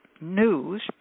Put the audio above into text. news